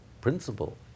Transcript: principle